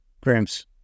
grams